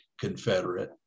Confederate